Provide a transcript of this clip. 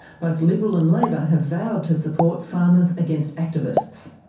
both liberal and labor have vowed to support farmers against activists.